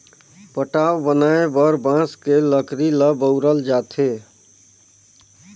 पटाव बनाये बर बांस के लकरी ल बउरल जाथे